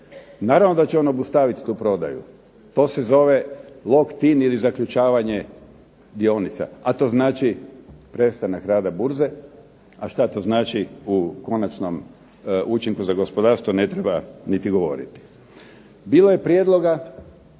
Naravno da će on obustavit tu prodaju. To se zove log tin ili zaključavanje dionica, a to znači prestanak rada burze. A šta to znači u konačnom učinku za gospodarstvo ne treba niti govoriti. Bilo je prijedloga